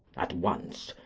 at once.